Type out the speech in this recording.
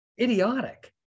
idiotic